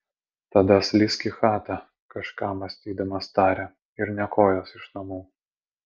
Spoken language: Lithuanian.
tada slysk į chatą kažką mąstydamas tarė ir nė kojos iš namų